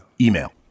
Email